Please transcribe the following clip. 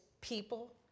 people